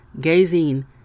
gazing